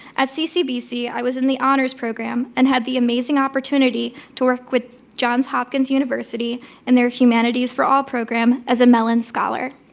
at ccbc, i was in the honors program and had the amazing opportunity to work with johns hopkins university and their humanities for all program as a mellon scholar.